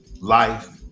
life